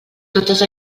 totes